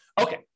Okay